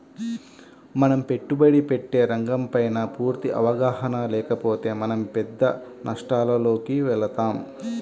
మనం పెట్టుబడి పెట్టే రంగంపైన పూర్తి అవగాహన లేకపోతే మనం పెద్ద నష్టాలలోకి వెళతాం